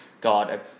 God